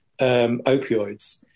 opioids